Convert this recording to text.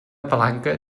palanca